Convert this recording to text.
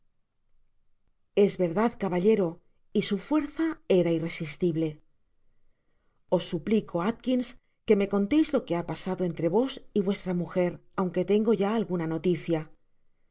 es verdad caballero y su fuerza era irresistible os suplico atkins que me conteis lo que ha pasado entre vos y vuestra mujer aunque tengo ya alguna notiticia